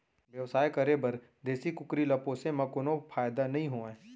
बेवसाय करे बर देसी कुकरी ल पोसे म कोनो फायदा नइ होवय